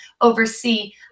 oversee